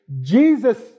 Jesus